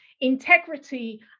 integrity